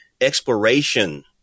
exploration